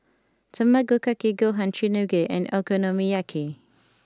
Tamago Kake Gohan Chigenabe and Okonomiyaki